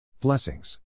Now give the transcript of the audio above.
Blessings